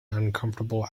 uncomfortable